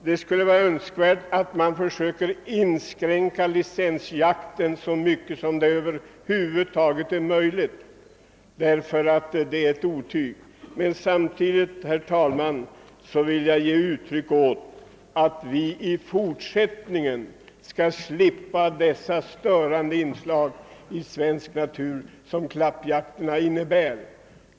Det vore önskvärt att man försökte inskränka licensjakten så mycket som över huvud taget är möjligt — den är ett otyg. Samtidigt hoppas jag, herr talman, att vi i fortsättningen skall slippa de störande inslag i svensk natur som klappjakterna innebär.